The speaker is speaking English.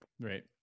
Right